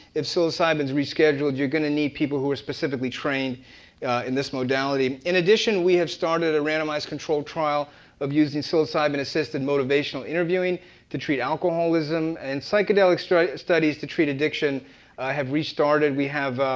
if psilocybin's rescheduled, you're gonna need people who are specifically trained in this modality. in addition, we have started a randomized controlled trial of using psilocybin assisted motivational interviewing to treat alcoholism. and psychedelic studies to treat addiction have restarted. we have,